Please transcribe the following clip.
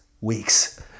weeks